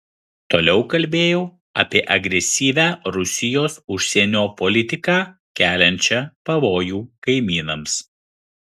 toliau kalbėjau apie agresyvią rusijos užsienio politiką keliančią pavojų kaimynams